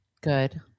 Good